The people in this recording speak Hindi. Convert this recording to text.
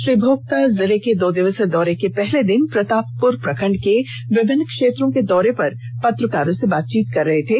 श्री भोक्ता जिले के दो दिवसीय दौरे के पहले दिन प्रतापपुर प्रखंड के विभिन्न क्षेत्रों के दौरे पर पत्रकारों से बातचीत कर रहे थे